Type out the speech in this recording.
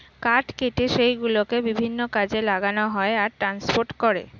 কাঠ কেটে সেই গুলোকে বিভিন্ন কাজে লাগানো হয় আর ট্রান্সপোর্ট করে